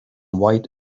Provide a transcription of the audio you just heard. white